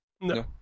No